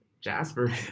Jasper